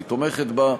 והיא תומכת בה,